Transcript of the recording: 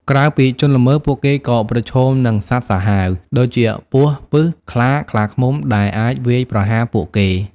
ក្រៅពីជនល្មើស ពួកគេក៏ប្រឈមនឹង សត្វសាហាវ ដូចជាពស់ពិស ខ្លា ខ្លាឃ្មុំ ដែលអាចវាយប្រហារពួកគេ។